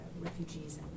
refugees